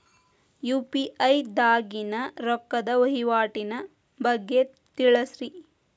UPI ದಾಗಿನ ರೊಕ್ಕದ ವಹಿವಾಟಿನ ಬಗ್ಗೆ ತಿಳಸ್ರಿ